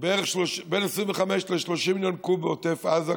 בין 25 ל-30 מיליון קוב בעוטף עזה,